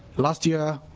last year